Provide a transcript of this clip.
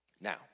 Now